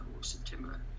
September